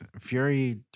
Fury